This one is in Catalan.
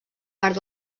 part